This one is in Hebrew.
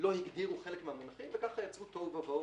לא הגדירו חלק מהמונחים וככה יצרו תוהו ובוהו,